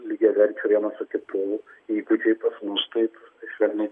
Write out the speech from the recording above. lygiaverčiu vienas su kitu įgūdžiai pas mus taip švelniai